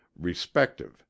respective